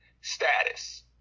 status